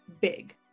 big